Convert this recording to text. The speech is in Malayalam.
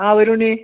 ആ വരൂ ഉണ്ണീ